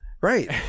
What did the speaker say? right